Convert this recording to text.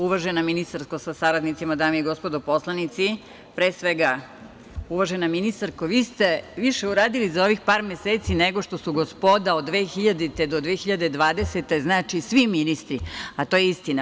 Uvažena ministarko sa saradnicima, dame i gospodo poslanici, pre svega, uvažena ministarko, vi ste više uradili za ovih par meseci, nego što su gospoda od 2000. do 2020. godine, znači svi ministri, a to je istina.